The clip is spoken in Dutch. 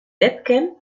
webcam